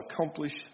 accomplish